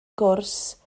gwrs